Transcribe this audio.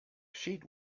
sheet